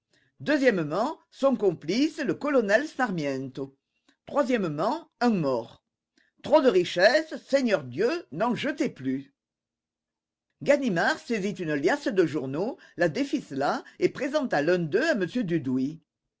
son complice le colonel sparmiento un mort trop de richesses seigneur dieu n'en jetez plus ganimard saisit une liasse de journaux la déficela et présenta l'un d'eux à m dudouis